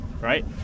Right